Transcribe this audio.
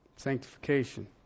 Sanctification